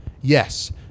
yes